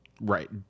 Right